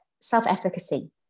self-efficacy